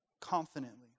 Confidently